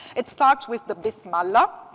it starts with the bismillah.